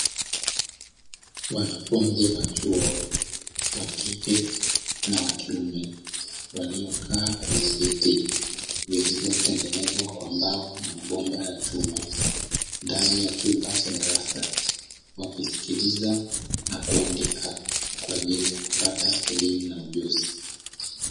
Wanafunzi wa chuo, wa kike na kiume, waliokaa kwenye viti vilivyotengenezwa kwa mbao na mabomba ya chuma, ndani ya chumba cha darasa, wakisikiliza na kuandika kwa ajili ya kupata elimu na ujuzi.